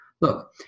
look